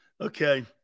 okay